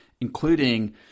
including